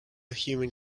human